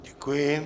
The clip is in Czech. Děkuji.